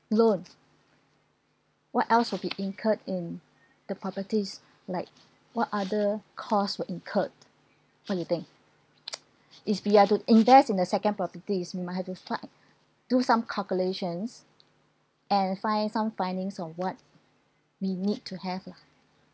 loan what else will be incurred in the properties like what other costs were incurred what you think if we are to invest in the second properties we might have to find do some calculations and find some findings or what we need to have lah